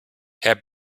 herr